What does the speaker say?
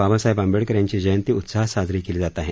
बाबासाहेब आंबेडकर यांची जयंती उत्साहात साजरी केली जात आहे